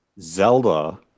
Zelda